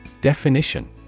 Definition